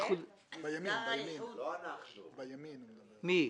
אנחנו נעשה את כל המאמצים לשלם.